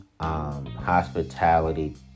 hospitality